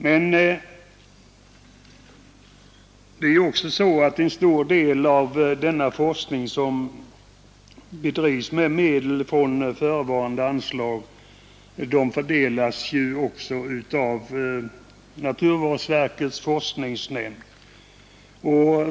Men det är ju också så att en stor del av denna forskning bedrivs med medel från förevarande anslag som fördelas av naturvårdsverkets forskningsnämnd.